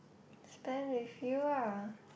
stand with you ah